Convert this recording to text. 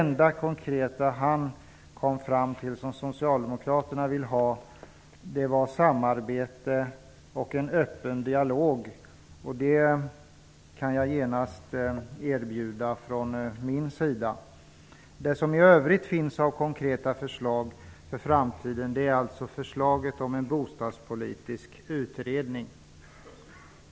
Det enda konkreta han kom fram till var att socialdemokraterna vill ha samarbete och en öppen dialog. Det kan jag från min sida genast erbjuda. Det som i övrigt finns av konkreta förslag för framtiden är alltså förslaget om en bostadspolitisk utredning.